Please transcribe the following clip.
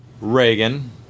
Reagan